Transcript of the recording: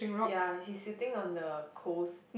ya he's sitting on the coast